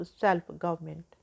self-government